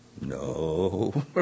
No